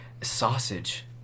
Sausage